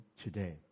today